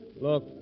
Look